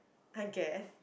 I guess